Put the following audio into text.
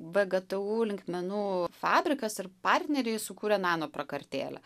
vgtu linkmenų fabrikas ir partneriai sukūrė nanoprakartėlę